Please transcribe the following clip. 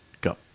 go